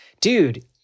Dude